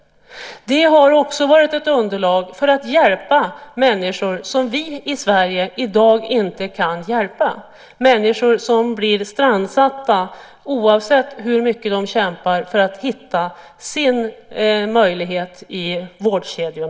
Det har också varit ett underlag för att kunna hjälpa människor som vi i Sverige inte kan hjälpa i dag. Det handlar om människor som blir strandsatta oavsett hur mycket de kämpar för att hitta en möjlighet i vårdkedjan.